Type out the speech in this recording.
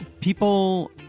people